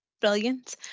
Brilliant